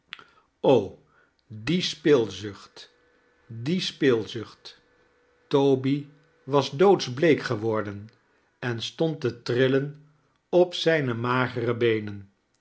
die spilzucht die spilzucht toby was doodsbleek geworden en stond te trillen op zijne magere beenen